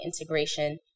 integration